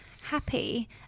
happy